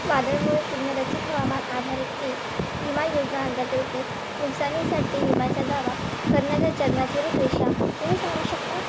वादळामुळे पूर्ण रचित हवामान आधारित पी विमा योजना अंदागत पी नुकसानीसाठी विमाच्या दावा करण्याच्या चरणाची रूपरेषा तुम्ही सांगू शकता